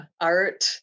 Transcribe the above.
art